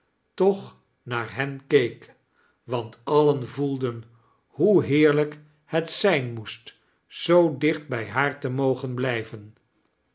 toch naar hen keek want alien voelden hoe heerlijk het zijn moest zoo dichtbij haar te mogen blijven